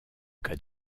cas